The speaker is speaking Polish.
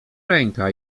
ręka